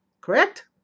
Correct